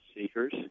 seekers